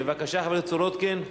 בבקשה, חברת הכנסת סולודקין.